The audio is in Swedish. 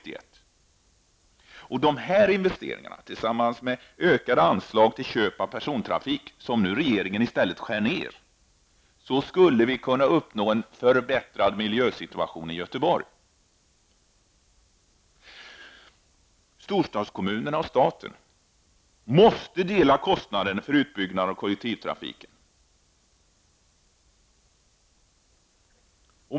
Med dessa investeringar, tillsammans med ökade anslag till köp av persontrafik på järnväg -- som regeringen i stället skär ned -- skulle man kunna uppnå en förbättrad miljösituation i Göteborg. Storstadskommunerna och staten måste dela på kostnader för utbyggnaden av kollektivtrafik.